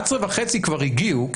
11,500 כבר הגיעו,